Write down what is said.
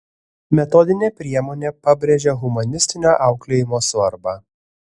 metodinė priemonė pabrėžia humanistinio auklėjimo svarbą